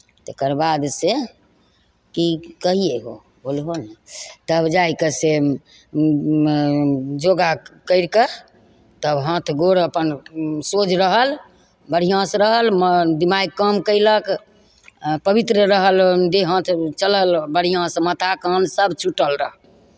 तकर बादसँ की कहियै गप बोलबह ने तब जाय कऽ से योगा करि कऽ तब हाथ गोड़ अपन सोझ रहल बढ़िआँसँ रहल बिमारी कम कयलक पवित्र रहल देह हाथ चलल बढ़िआँसँ माथा कान सभ छूटल रहल